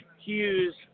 Hughes